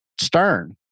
stern